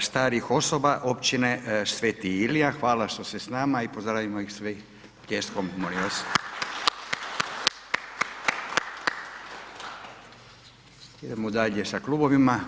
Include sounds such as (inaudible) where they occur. starih osoba Općine Sv. Ilija, hvala što ste s nama i pozdravimo ih svi pljeskom, molim vas. … (applause) Idemo dalje sa klubovima.